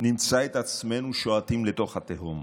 נמצא את עצמנו שועטים לתוך התהום.